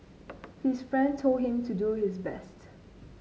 his friend told him to do his best